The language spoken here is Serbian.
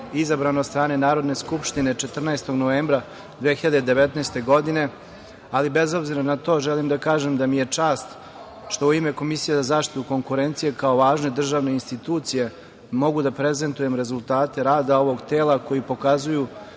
izabran od strane Narodne skupštine 14. novembra 2019. godine, ali bez obzira na to želim da kažem da mi je čast što u ime Komisije za zaštitu konkurencije, kao važne državne institucije, mogu da prezentujem rezultate rada ovog tela, koji pokazuju